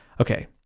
Okay